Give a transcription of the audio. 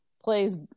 plays